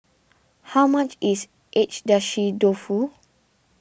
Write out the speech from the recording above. how much is Agedashi Dofu